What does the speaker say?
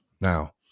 Now